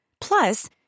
Plus